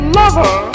lover